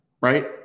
right